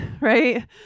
right